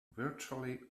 virtually